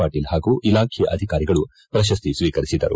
ಪಾಟೀಲ್ ಪಾಗೂ ಇಲಾಖೆಯ ಅಧಿಕಾರಿಗಳು ಪ್ರತಸ್ತಿ ಸ್ನೀಕರಿಸಿದರು